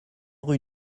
rue